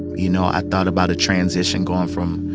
you know, i thought about a transition going from